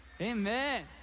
Amen